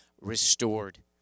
Restored